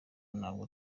ntabwo